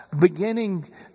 beginning